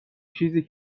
چیزی